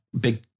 big